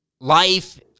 life